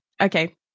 Okay